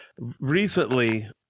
recently